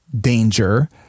danger